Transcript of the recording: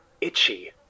itchy